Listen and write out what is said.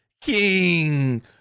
King